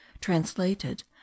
translated